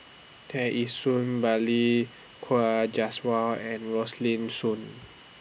Tear Ee Soon Balli Kaur Jaswal and Rosaline Soon